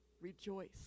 rejoice